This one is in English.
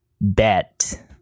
bet